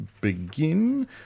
begin